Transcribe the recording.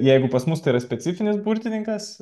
jeigu pas mus tai yra specifinis burtininkas